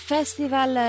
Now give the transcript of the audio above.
Festival